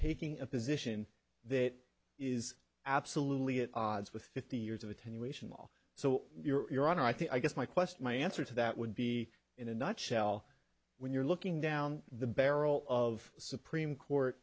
taking a position that is absolutely at odds with fifty years of attenuation law so you're on i think i guess my question my answer to that would be in a nutshell when you're looking down the barrel of a supreme court